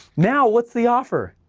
now what's the offer?